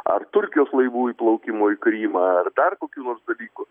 ar turkijos laivų įplaukimui į krymą ar dar kokių nors dalykų